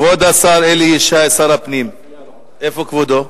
כבוד שר הפנים אלי ישי, איפה כבודו?